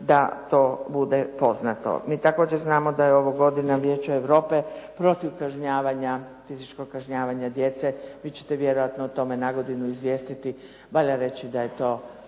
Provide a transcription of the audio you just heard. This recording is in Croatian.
da to bude poznato. Mi također znamo da je ovo godina Vijeća Europe protiv kažnjavanja, fizičkog kažnjavanja djece, vi ćete vjerojatno o tome na godinu izvijestiti, valja reći da je to